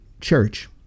church